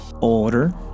Order